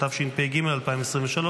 התשפ"ג 2023,